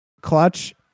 clutch